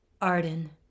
Arden